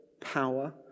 power